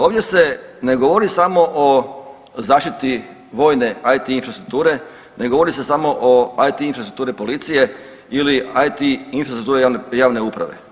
Ovdje se ne govori samo o zaštiti vojne IT infrastrukture, ne govori se samo o IT infrastrukturi policije ili IT infrastrukture javne uprave.